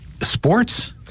Sports